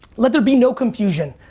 let there be no confusion.